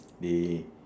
they